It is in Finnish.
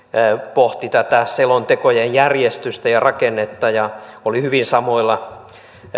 pohti tätä selontekojen järjestystä ja rakennetta ja oli hyvin samoilla